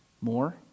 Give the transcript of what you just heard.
more